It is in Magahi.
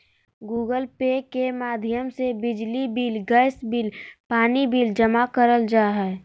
गूगल पे के माध्यम से बिजली बिल, गैस बिल, पानी बिल जमा करल जा हय